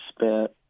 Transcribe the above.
spent